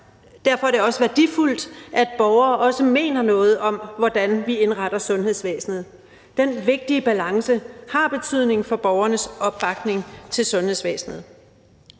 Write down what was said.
Derfor er det også værdifuldt, at borgere også mener noget om, hvordan vi indretter sundhedsvæsenet. Den vigtige balance har betydning for borgernes opbakning til sundhedsvæsenet.